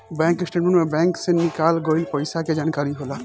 bank statement के में bank से निकाल गइल पइसा के जानकारी होला